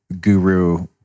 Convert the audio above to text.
guru